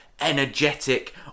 energetic